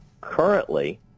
currently